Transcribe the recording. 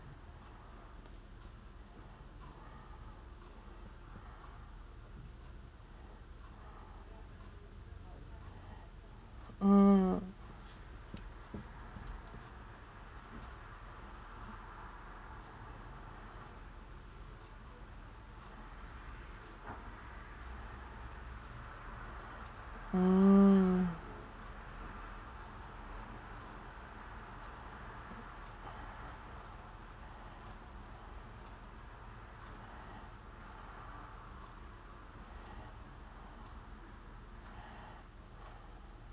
mm mm